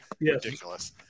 ridiculous